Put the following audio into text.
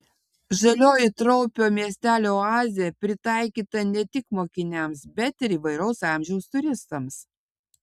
žalioji traupio miestelio oazė pritaikyta ne tik mokiniams bet ir įvairaus amžiaus turistams